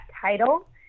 title